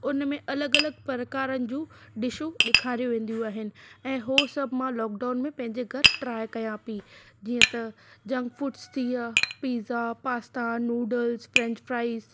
उन में अलगि॒ अलगि॒ प्रकारनि जूं डिशूं ॾेखारे वेंदियूं आहिनि ऐं उहे सभु मां लॉकडाउन में पहिंजे घरु ट्राई कयां पई जीअं त जंग फूडस थी विया pizza pasta noodles french fries